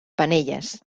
penelles